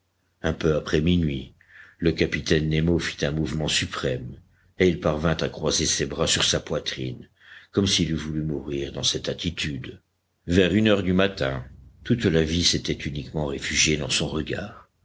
un peu après minuit le capitaine nemo fit un mouvement suprême et il parvint à croiser ses bras sur sa poitrine comme s'il eût voulu mourir dans cette attitude vers une heure du matin toute la vie s'était uniquement réfugiée dans son regard